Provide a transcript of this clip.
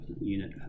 unit